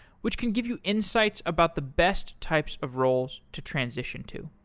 which can give you insights about the best types of roles to transition to.